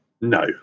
No